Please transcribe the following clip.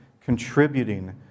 contributing